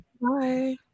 Bye